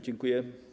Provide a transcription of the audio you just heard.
Dziękuję.